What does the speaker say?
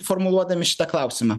formuluodami šitą klausimą